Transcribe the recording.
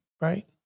right